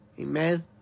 Amen